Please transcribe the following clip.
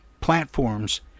platforms